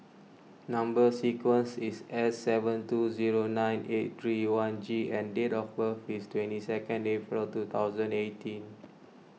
Number Sequence is S seven two zero nine eight three one G and date of birth is twenty second April two thousand eighteen